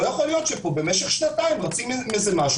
לא יכול להיות שמשך שנתיים רצים עם הדבר הזה,